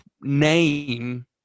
name